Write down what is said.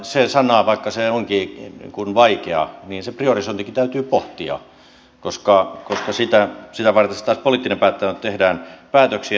se sana vaikka se onkin vaikea niin se priorisointikin täytyy pohtia koska sitä varten taas poliittinen päättäjä on että tehdään päätöksiä